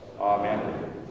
Amen